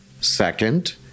Second